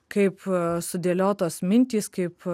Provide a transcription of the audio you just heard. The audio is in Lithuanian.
kaip sudėliotos mintys kaip